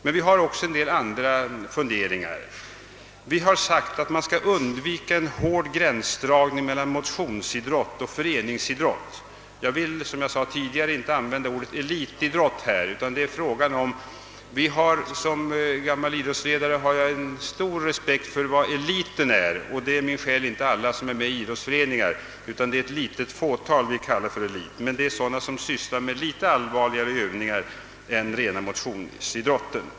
Men vi har också uttalat att det inte bör göras en hård gränsdragning mellan motionsidrott och föreningsidrott. Jag vill, som jag sade tidigare, inte använda ordet elitidrott. Som gammal idrottsledare har jag stor respekt för vad eliten är, och dit hör sannerligen inte alla som är med i idrottsföreningar. Det lilla fåtal som kallas för elit sysslar med betydligt allvarligare övningar än rena motionsidrotten.